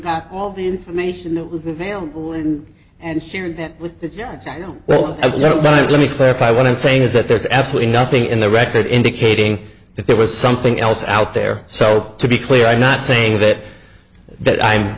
had all the information that was available and shared that with you well ok let me clarify what i'm saying is that there's absolutely nothing in the record indicating that there was something else out there so to be clear i'm not saying that that i'm